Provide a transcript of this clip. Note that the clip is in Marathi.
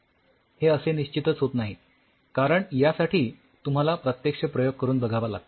हे असे निश्चितच होत नाही कारण यासाठी तुम्हाला प्रत्यक्ष प्रयोग करून बघावा लागतो